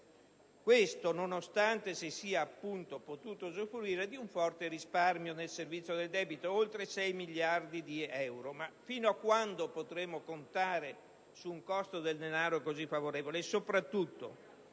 anno, nonostante si sia potuto usufruire di un forte risparmio nel servizio del debito (oltre 6 miliardi di euro). Ma fino a quando potremo contare su un costo del denaro così favorevole?